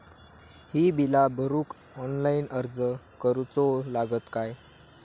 ही बीला भरूक ऑनलाइन अर्ज करूचो लागत काय?